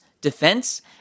defense